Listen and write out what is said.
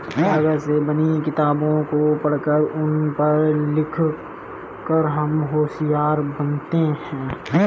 कागज से बनी किताबों को पढ़कर उन पर लिख कर हम होशियार बनते हैं